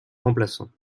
remplaçant